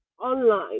online